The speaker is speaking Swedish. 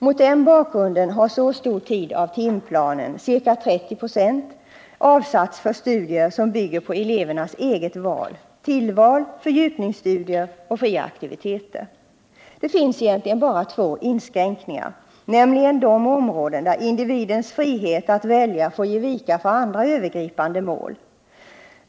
Mot den bakgrunden har så stor tid av timplanen, ca 30 26, avsatts för studier som bygger på elevernas eget val — tillval, fördjupningsstudier och fria Det finns egentligen bara två inskränkningar, och de gäller områden där individens frihet att välja får ge vika för andra övergripande mål.